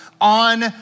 on